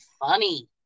funny